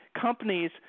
companies